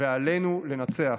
ועלינו לנצח.